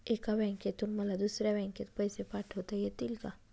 एका बँकेतून मला दुसऱ्या बँकेत पैसे पाठवता येतील का?